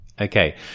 Okay